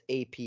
AP